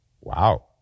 Wow